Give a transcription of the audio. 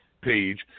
page